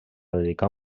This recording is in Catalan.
dedicar